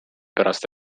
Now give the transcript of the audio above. pärast